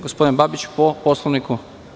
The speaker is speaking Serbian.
Gospodin Babić, po Poslovniku.